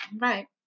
right